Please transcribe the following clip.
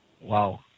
Wow